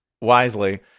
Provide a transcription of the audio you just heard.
wisely